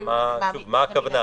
מי בדיוק מפקח על